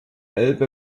elbe